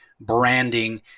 branding